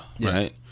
right